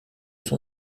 son